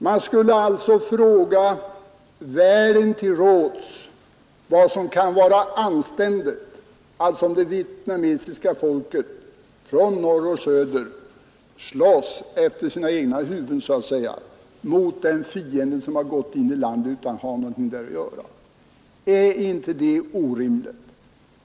Man skulle alltså fråga världen till råds vad som kan vara anständigt, om det kan vara anständigt att det vietnamesiska folket från norr och söder slåss efter sina egna huvuden så att säga mot en fiende som har gått in i landet utan att ha någonting där att göra. Är inte det orimligt?